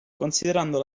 considerando